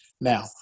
Now